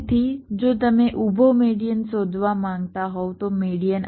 તેથી જો તમે ઊભો મેડીઅન શોધવા માંગતા હોવ તો મેડીઅન આ હશે